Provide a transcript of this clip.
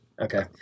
Okay